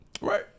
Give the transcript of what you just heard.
Right